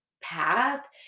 path